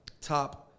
top